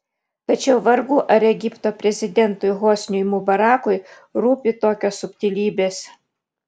tačiau vargu ar egipto prezidentui hosniui mubarakui rūpi tokios subtilybės